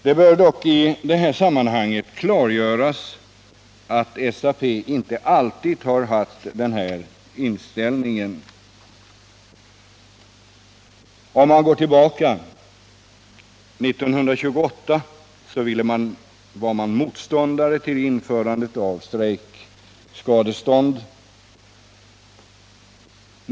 Det bör dock i detta sammanhang klargöras att SAP inte alltid haft denna — Nr 38 inställning. 1928 var man inom SAP motståndare till införandet av strejkskadestånd.